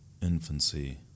infancy